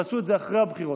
תעשו את זה אחרי הבחירות.